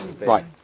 right